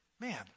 Man